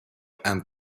and